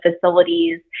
facilities